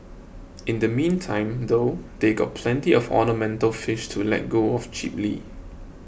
in the meantime though they've got plenty of ornamental fish to let go of cheaply